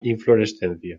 inflorescencia